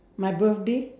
my birthday